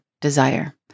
desire